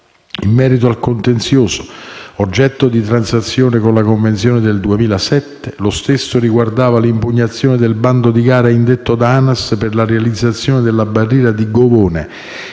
In merito al contenzioso oggetto di transazione con la convenzione 2007, lo stesso riguardava l'impugnazione del bando di gara indetto da ANAS per la realizzazione della barriera di Govone,